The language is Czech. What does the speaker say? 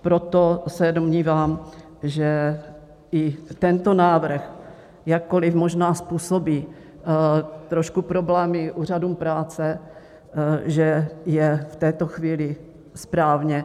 Proto se domnívám, že i tento návrh, jakkoliv možná způsobí trošku problémy úřadům práce, je v této chvíli správně.